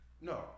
No